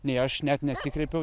nei aš net nesikreipiau